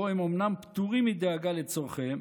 שבו הם אומנם פטורים מדאגה לצורכיהם